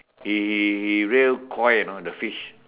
he he he rear Koi you know the fish